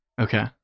Okay